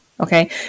okay